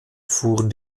fuhren